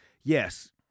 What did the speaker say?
yes